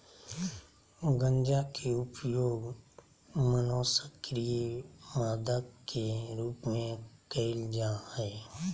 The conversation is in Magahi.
गंजा के उपयोग मनोसक्रिय मादक के रूप में कयल जा हइ